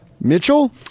Mitchell